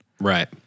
Right